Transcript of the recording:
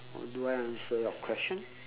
oh do I answer your question